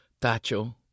Tacho